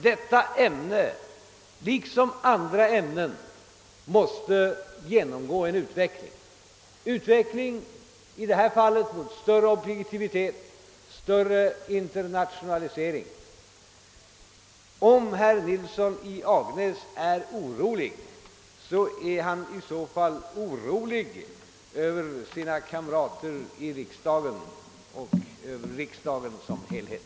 Detta ämne liksom andra ämnen måste genomgå en utveckling, i detta fall en utveckling mot objektivitet och större internationalisering. Om herr Nilsson i Agnäs är orolig är han i så fall orolig över sina kamrater i riksdagen och över riksdagen som helhet.